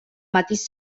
matís